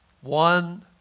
One